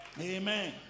Amen